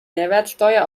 mehrwertsteuer